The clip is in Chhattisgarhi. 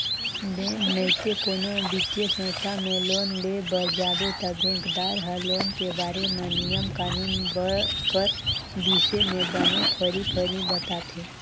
बेंक नइते कोनो बित्तीय संस्था में लोन लेय बर जाबे ता बेंकदार हर लोन के बारे म नियम कानून कर बिसे में बने फरी फरी बताथे